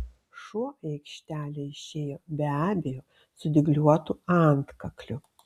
šuo į aikštelę išėjo be abejo su dygliuotu antkakliu